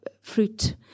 fruit